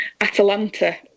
Atalanta